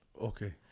Okay